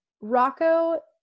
Rocco